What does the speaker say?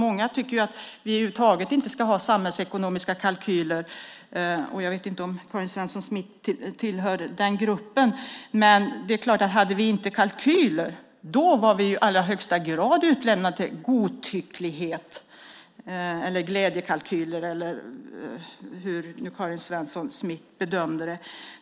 Många tycker att vi över huvud taget inte ska ha samhällsekonomiska kalkyler. Jag vet inte om Karin Svensson Smith tillhör den gruppen. Men det är klart att om vi inte hade kalkyler skulle vi i allra högsta grad vara utlämnade till godtycklighet eller glädjekalkyler eller hur det nu var Karin Svensson Smith bedömde det.